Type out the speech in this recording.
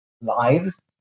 lives